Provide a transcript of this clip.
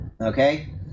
Okay